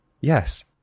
yes